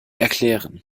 erklären